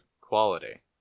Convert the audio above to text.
quality